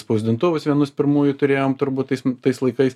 spausdintuvus vienus pirmųjų turėjom turbūt tais tais laikais